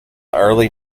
early